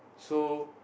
so